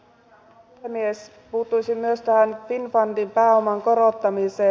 puuttuisin myös tähän finnfundin pääoman korottamiseen